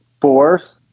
force